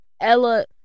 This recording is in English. Ella